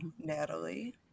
Natalie